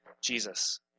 Jesus